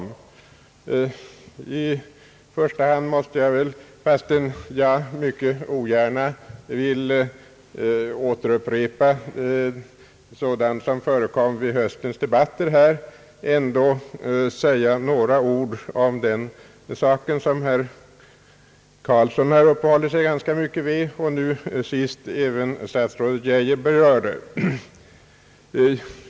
I första hand måste jag väl, fastän jag mycket ogärna vill återupprepa sådant som förekom vid höstens debatter, ändå säga några ord om den sak som herr Karlsson har uppehållit sig ganska mycket vid och som nu senast även statsrådet Geijer berörde.